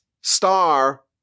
star